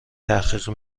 تحقیق